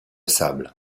sable